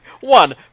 one